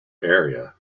area